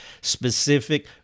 specific